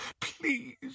Please